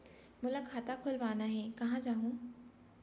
मोला खाता खोलवाना हे, कहाँ जाहूँ?